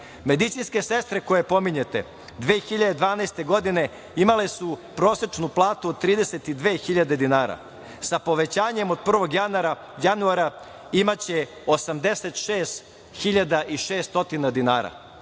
dinara. Medicinske sestre koje pominjete, 2012. godine imale su prosečnu platu od 32.000 dinara, sa povećanjem od 1. januara imaće 86.600 dinara.